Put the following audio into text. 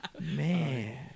Man